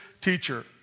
teacher